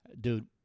dude